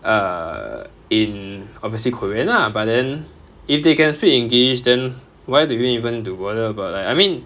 err in obviously korean lah but then if they can speak english then why do you even need to bother about like I mean